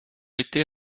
été